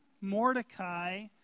Mordecai